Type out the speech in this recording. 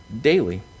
daily